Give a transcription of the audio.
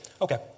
Okay